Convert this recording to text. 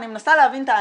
אני מנסה להבין את הענף.